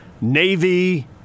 Navy